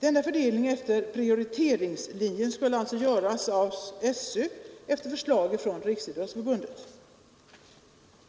Denna fördelning efter prioriteringslinjen skulle göras av skolöverstyrelsen efter förslag från Riksidrottsförbundet.